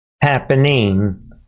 happening